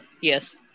yes